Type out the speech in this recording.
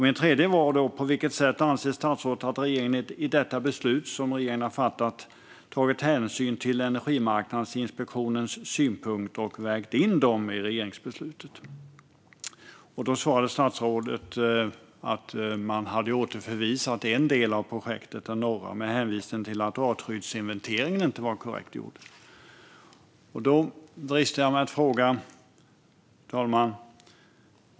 Min tredje fråga var: På vilket sätt anser statsrådet att regeringen i detta beslut som regeringen har fattat tagit hänsyn till Energimarknadsinspektionens synpunkter och vägt in dem i regeringsbeslutet? Statsrådet svarade att man hade återförvisat en del av projektet, det norra, med hänvisning till att artskyddsinventeringen inte var korrekt gjord. Fru talman! Jag dristar mig att ställa en fråga.